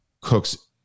Cook's